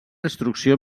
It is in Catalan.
instrucció